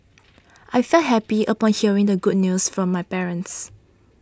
I felt happy upon hearing the good news from my parents